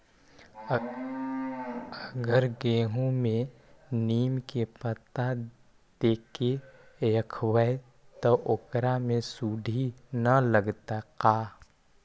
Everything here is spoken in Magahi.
अगर गेहूं में नीम के पता देके यखबै त ओकरा में सुढि न लगतै का?